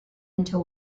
into